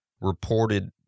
reported